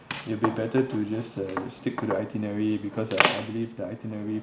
it'll be better to just uh stick to the itinerary because I I believe the itinerary